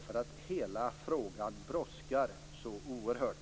Frågan brådskar nämligen så oerhört.